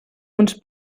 uns